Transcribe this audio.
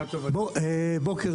טוב, בוקר